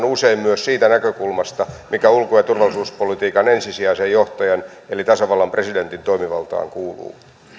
usein myös siitä näkökulmasta mikä ulko ja turvallisuuspolitiikan ensisijaisen johtajan eli tasavallan presidentin toimivaltaan kuuluu